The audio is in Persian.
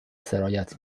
سرایت